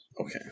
Okay